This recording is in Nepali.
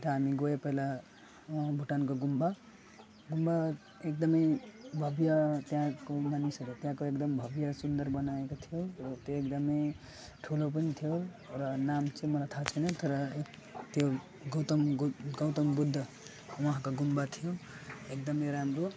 उल्टा हामी गयो पहिला भुटानको गुम्बा गुम्बा एकदमै भव्य त्यहाँको मानिसहरू त्यहाँको एकदम भव्य सुन्दर बनाएको थियो र त्यो एकदमै ठुलो पनि थियो र नाम चाहिँ मलाई थाहा छैन तर त्यो गौतम गौ गौतम बुद्ध उहाँको गुम्बा थियो एकदमै राम्रो